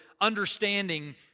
understanding